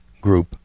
group